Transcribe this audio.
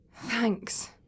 Thanks